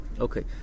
Okay